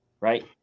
Right